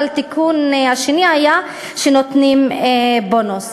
אבל התיקון השני היה שנותנים בונוס.